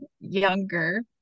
younger